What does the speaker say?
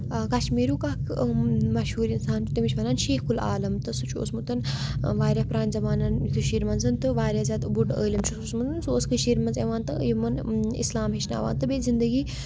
کَشمیٖرُک اکھ مَشہوٗر اِنسان چھُ تٔمِس چھِ وَنان شیخ العالم تہٕ سُہ چھُ اوسمُت واریاہ پرانہِ زَمانن کٔشیٖر منٛز واریاہ زیادٕ بوٚڈ عٲلِم چھُ اوسمُت سُہ اوس کٔشیٖر منٛز یِوان تہٕ یِمن اِسلام ہٮ۪چھناوان تہٕ بیٚیہِ زندگی